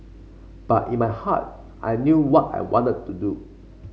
but in my heart I knew what I wanted to do